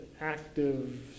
active